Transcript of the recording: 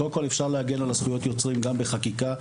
קודם כל אפשר להגן על זכויות יוצרים גם בחקיקה.